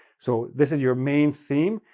so, this is your main theme,